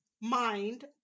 mind